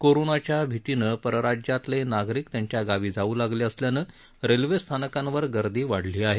कोरोनाच्या भितीनं परराज्यातले नागरिक त्यांच्या गावी जाऊ लागले असल्यानं रेल्वे स्थानकांवर गर्दी वाढली आहे